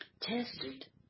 tested